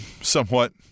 somewhat